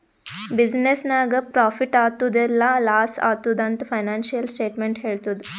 business ನಾಗ್ profit ಆತ್ತುದ್ ಇಲ್ಲಾ ಲಾಸ್ ಆತ್ತುದ್ ಅಂತ್ ಫೈನಾನ್ಸಿಯಲ್ ಸ್ಟೇಟ್ಮೆಂಟ್ ಹೆಳ್ತುದ್